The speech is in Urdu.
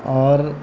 اور